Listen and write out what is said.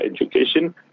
education